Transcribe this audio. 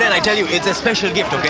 and i tell you. it's a special gift, ok?